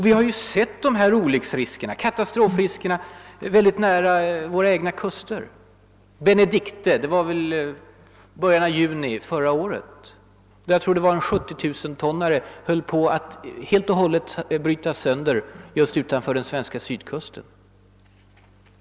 Vi har upplevt dessa katastrofrisker mycket nära våra kuster. Jag vill minnas att det var i början av juni förra året som olyckan med Benedicte inträffade — det var en 70 000-tonnare som höll på att gå sönder utanför den svenska sydkusten.